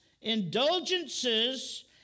indulgences